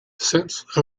sense